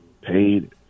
paid